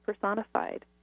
personified